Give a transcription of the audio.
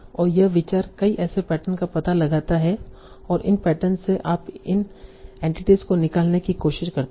और यह विचार कई ऐसे पैटर्न का पता लगाता है और इन पैटर्न से आप इन एंटिटीस को निकालने की कोशिश करते हैं